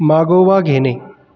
मागोवा घेणे